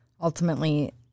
ultimately